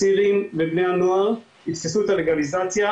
הצעירים ובני הנוער יתפסו את הלגליזציה